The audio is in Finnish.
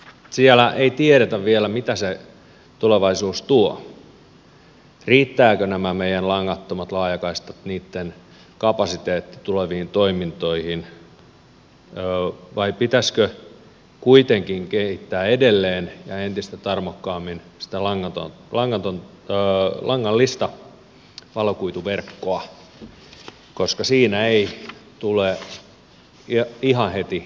siellä ei tiedetä vielä mitä se tulevaisuus tuo riittävätkö nämä meidän langattomat laajakaistamme niitten kapasiteetti tuleviin toimintoihin vai pitäisikö kuitenkin kehittää edelleen ja entistä tarmokkaammin sitä langallista valokuituverkkoa koska siinä ei tule ihan heti rajat vastaan